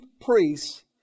priests